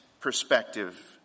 perspective